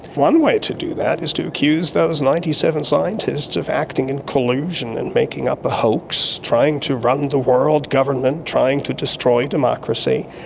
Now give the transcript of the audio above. one way to do that is to accuse those ninety seven scientists of acting in collusion and making up a hoax, trying to run the world government, trying to destroy democracy,